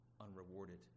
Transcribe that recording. unrewarded